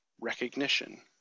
recognition